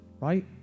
right